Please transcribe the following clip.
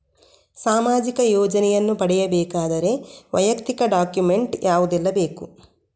ಸಾಮಾಜಿಕ ಯೋಜನೆಯನ್ನು ಪಡೆಯಬೇಕಾದರೆ ವೈಯಕ್ತಿಕ ಡಾಕ್ಯುಮೆಂಟ್ ಯಾವುದೆಲ್ಲ ಬೇಕು?